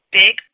big